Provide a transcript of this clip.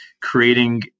creating